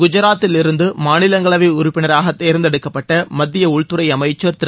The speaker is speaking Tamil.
குஜராத்திலிருந்து மாநிலங்களவை உறுப்பினராக தேர்ந்தெடுக்கப்பட்ட மத்திய உள்துறை அமைச்சர் திரு